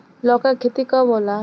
लौका के खेती कब होला?